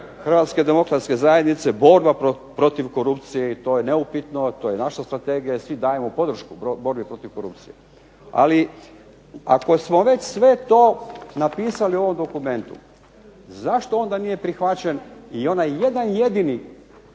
cijenim, i strategija HDZ-a borba protiv korupcije. I to je neupitno, to je naša strategija i svi dajemo podršku borbi protiv korupcije. Ali ako smo već sve to napisali u ovom dokumentu, zašto onda nije prihvaćen onaj jedan jedini